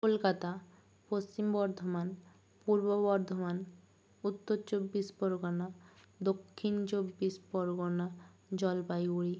Kolkata Paschim Bardhaman Purba Bardhaman Uttar Chabbish Pargana Dakshin Chabbish Pargana Jalpaiguri